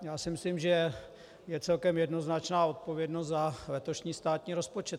Já si myslím, že je celkem jednoznačná odpovědnost za letošní státní rozpočet.